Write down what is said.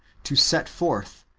to set forth,